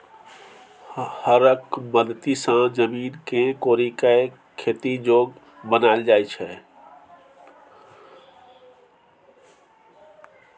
हरक मदति सँ जमीन केँ कोरि कए खेती जोग बनाएल जाइ छै